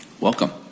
Welcome